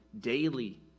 daily